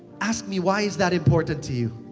ask me, why is that important to you.